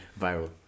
viral